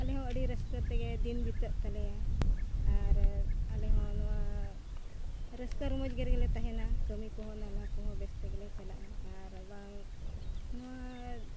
ᱟᱞᱮ ᱦᱚᱸ ᱟᱹᱰᱤ ᱨᱟᱹᱥᱠᱟᱹ ᱛᱮᱜᱮ ᱫᱤᱱ ᱵᱤᱛᱟᱹᱜ ᱛᱟᱞᱮᱭᱟ ᱟᱨ ᱟᱞᱮ ᱦᱚᱸ ᱱᱚᱣᱟ ᱨᱟᱹᱥᱠᱟᱹ ᱨᱚᱢᱚᱡᱽ ᱨᱮᱜᱮᱞᱮ ᱛᱟᱦᱮᱱᱟ ᱠᱟᱹᱢᱤ ᱠᱚᱦᱚᱸ ᱱᱟᱞᱦᱟ ᱠᱚᱦᱚᱸ ᱵᱮᱥ ᱛᱮᱜᱮᱞᱮ ᱪᱟᱞᱟᱜᱼᱟ ᱟᱨ ᱵᱟᱝ ᱱᱚᱣᱟ